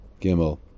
Gimel